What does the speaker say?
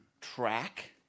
track